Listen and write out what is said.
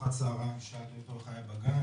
ובארוחת צהריים שאלתי אותו איך היה בגן,